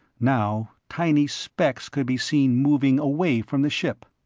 now tiny specs could be seen moving away from the ship.